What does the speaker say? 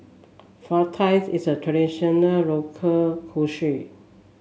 fajitas is a traditional local cuisine